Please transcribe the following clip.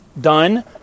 done